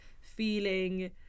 feeling